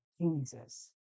Jesus